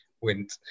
went